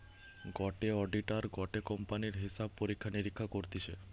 গটে অডিটার গটে কোম্পানির হিসাব পরীক্ষা নিরীক্ষা করতিছে